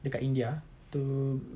dekat india itu